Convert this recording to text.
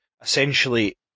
essentially